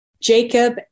Jacob